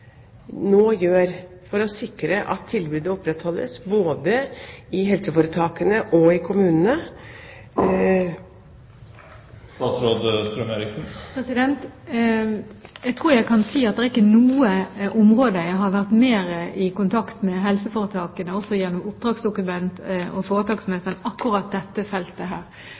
nå gjør for å sikre at tilbudet opprettholdes både i helseforetakene og i kommunene. Jeg tror jeg kan si at det er ikke på noe område jeg har vært mer i kontakt med helseforetakene, også gjennom oppdragsdokument og foretaksmøter, enn på akkurat dette feltet.